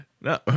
no